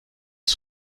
des